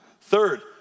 Third